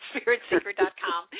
spiritseeker.com